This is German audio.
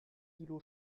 kilo